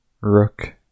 Rook